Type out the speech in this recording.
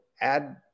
add